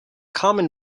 common